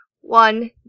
one